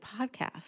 podcast